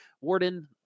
Warden